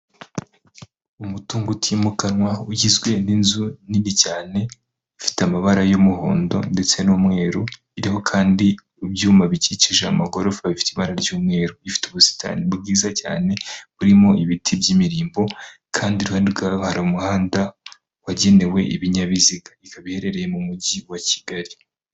Umutungo utimukanwa, ugizwe n'inzu nini cyane, ifite amabara y'umuhondo ndetse n'umweru, iriho kandi ibyuma bikikije amagorofa bifite ibara ry'umweru, ifite ubusitani bwiza cyane, burimo ibiti by'imirimbo kandi iruhande rwawo, hari umuhanda wagenewe ibinyabiziga, ikaba iherereye mu Mujyi wa Kigali.